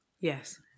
Yes